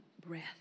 breath